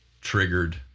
triggered